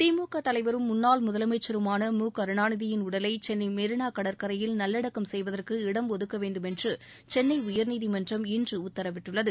திமுக தலைவரும் முன்னாள் முதலமைச்சருமான மு கருணாநிதியின் உடலை சென்ளை மெரினா கடற்கரையில் நல்லடக்கம் செய்வதற்கு இடம் ஒதுக்க வேண்டுமென்று சென்னை உயர்நீதிமன்றம் இன்று உத்தரவிட்டுள்ளது